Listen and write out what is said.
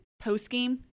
post-game